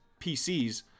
PCs